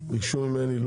ביקשו ממני,